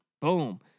Boom